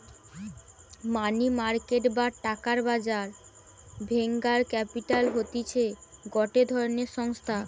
মানি market বা টাকার বাজার ভেঞ্চার ক্যাপিটাল হতিছে গটে ধরণের সংস্থা